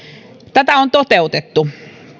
tätä on toteutettu